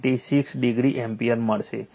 96 degree ampere મળશે